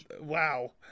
Wow